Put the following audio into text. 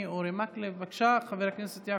[הצעת חוק פ/3758/24,